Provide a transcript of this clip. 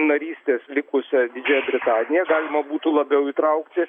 narystės likusią didžiąją britaniją galima būtų labiau įtraukti